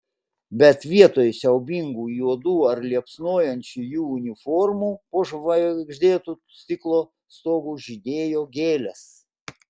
bet vietoj siaubingų juodų ar liepsnojančių jų uniformų po žvaigždėtu stiklo stogu žydėjo gėlės